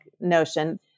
Notion